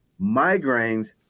migraines